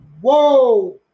Whoa